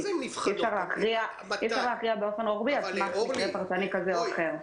אי אפשר להכריע באופן רוחבי על סמך מקרה פרטני כזה או אחר.